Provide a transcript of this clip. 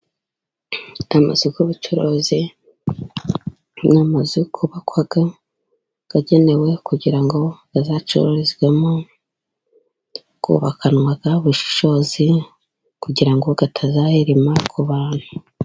Dufite amazu y'ubucuruzi, ni amazu yubakwa agenewe kugira ngo azacururizwemo. Yubakanwa ubushishozi kugira ngo atazahirima ku bantu.